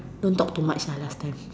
don't talk too much lah last time